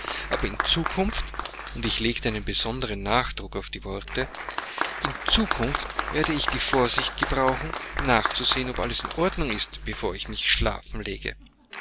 aber in zukunft und ich legte einen besonderen nachdruck auf die worte in zukunft werde ich die vorsicht gebrauchen nachzusehen ob alles in ordnung ist bevor ich mich schlafen lege